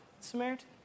Samaritan